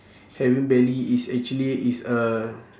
having belly is actually it's a